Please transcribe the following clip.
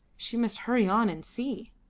she must hurry on and see.